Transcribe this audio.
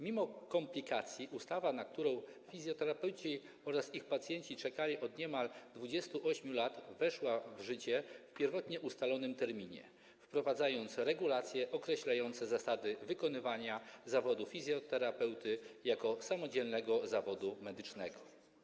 Mimo komplikacji ustawa, na którą fizjoterapeuci oraz ich pacjenci czekali od niemal 28 lat, weszła w życie w pierwotnie ustalonym terminie, wprowadzając regulacje określające zasady wykonywania zawodu fizjoterapeuty jako samodzielnego zawodu medycznego.